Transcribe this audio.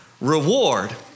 reward